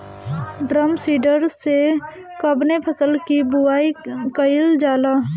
Drum seeder से कवने फसल कि बुआई कयील जाला?